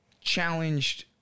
challenged